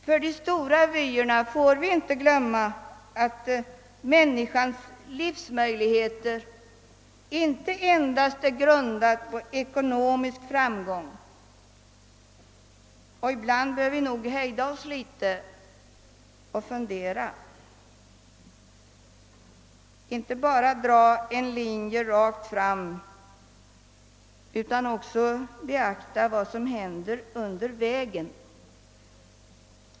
För de stora vyerna får vi inte glömma att människans livsmöjligheter inte endast är grundade på ekonomisk framgång. Och ibland bör vi nog hejda oss litet och fundera, inte bara dra en linje rakt fram utan också beakta vad som händer under vägen.